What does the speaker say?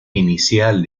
inicial